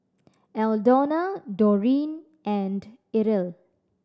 Aldona Doreen and Irl